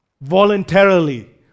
Voluntarily